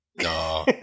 No